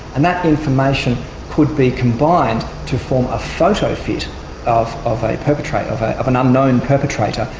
and that information could be combined to form a photo fit of of a perpetrator, of of an unknown perpetrator,